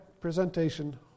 presentation